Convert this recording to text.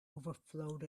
overflowed